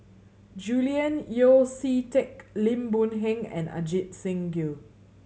Julian Yeo See Teck Lim Boon Heng and Ajit Singh Gill